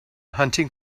hunting